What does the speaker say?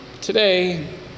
today